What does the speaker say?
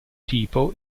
tipo